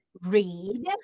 read